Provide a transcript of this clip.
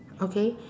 okay